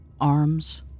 arms